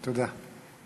תודה.